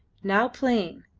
now plain.